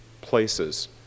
places